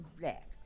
black